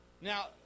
now